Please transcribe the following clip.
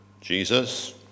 Jesus